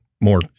more